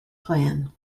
plan